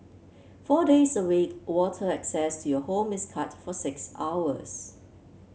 four days a week water access to your home is cut for six hours